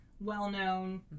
well-known